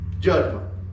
judgment